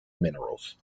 minerals